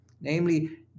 Namely